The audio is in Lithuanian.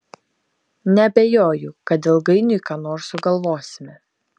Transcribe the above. neabejoju kad ilgainiui ką nors sugalvosime